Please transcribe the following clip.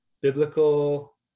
biblical